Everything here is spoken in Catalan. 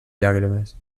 llàgrimes